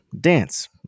dance